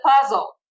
puzzle